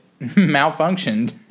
malfunctioned